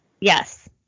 Yes